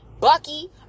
Bucky